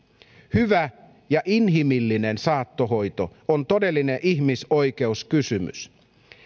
hyvä ja inhimillinen saattohoito on todellinen ihmisoikeuskysymys